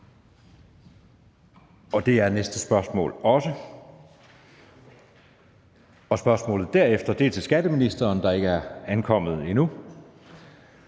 og det er det næstfølgende spørgsmål også. Spørgsmålet derefter er til skatteministeren, der ikker er ankommet endnu,